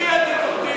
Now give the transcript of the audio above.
ממי אתם מפחדים?